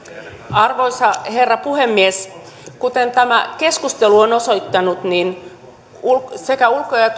arvoisa herra puhemies kuten tämä keskustelu on osoittanut sekä ulko ja ja